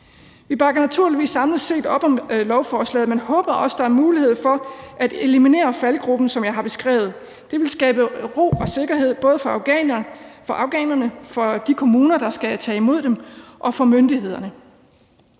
Vi bakker naturligvis samlet set op om lovforslaget, men håber også, at der er mulighed for at eliminere faldgruben, som jeg har beskrevet. Det ville skabe ro og sikkerhed, både for afghanerne, for de kommuner, der skal tage imod dem, og for myndighederne.